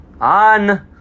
on